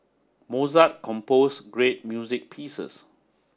Mozart composed great music pieces